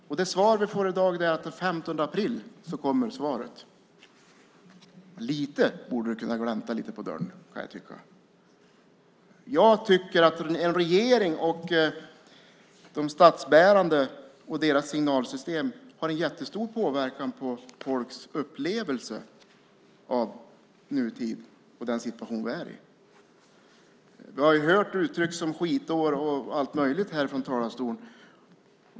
Det svar vi får i dag är att den 15 april kommer svaret. Lite borde man kunna glänta på dörren. Jag tycker att en regering och de statsbärande och deras signalsystem har en jättestor påverkan på folks upplevelse av nutiden och den situation vi är i. Vi har hört uttryck som skitår och allt möjligt härifrån talarstolen.